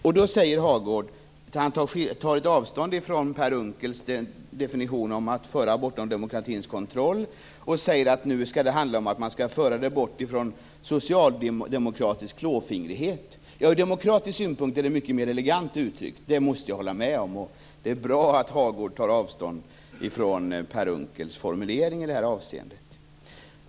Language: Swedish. Hagård tar nu avstånd från Per Unckels definition om att föra bortom demokratins kontroll och säger att det skall handla om att föra detta bort från socialdemokratisk klåfingrighet. Ja, från demokratisk synpunkt är det mycket mer elegant uttryckt; det måste jag hålla med om. Det är bra att Hagård tar avstånd från Per Unckels formulering i det här avseendet.